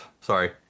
Sorry